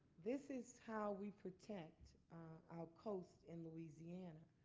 this is how we protect our coast in louisiana.